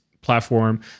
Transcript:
platform